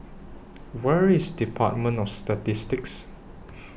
Where IS department of Statistics